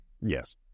Yes